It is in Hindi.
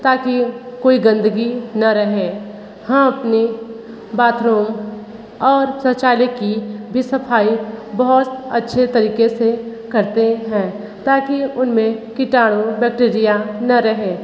ताकि कोई गंदगी ना रहें हम अपने बाथरूम और शौचालय की भी सफ़ाई बहुत अच्छे तरीक़े से करते हैं ताकि उनमें कीटाणु बैक्टीरिया ना रहें